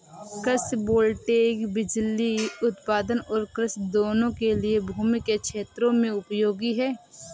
कृषि वोल्टेइक बिजली उत्पादन और कृषि दोनों के लिए भूमि के क्षेत्रों में उपयोगी है